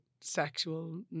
sexual